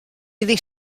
iddi